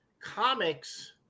comics